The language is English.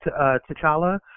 T'Challa